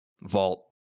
vault